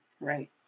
Right